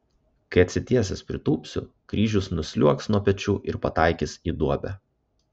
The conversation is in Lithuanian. kai atsitiesęs pritūpsiu kryžius nusliuogs nuo pečių ir pataikys į duobę